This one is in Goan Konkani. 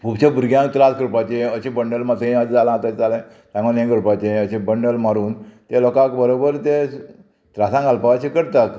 खुबश्या भुरग्यांक त्रास करपाचें अशें बंडल मातयें जालां तश् जालें सांगोन हें करपाचें अशें बंडल मारून ते लोकांक बरोबर ते त्रासान घालपा अशें करतात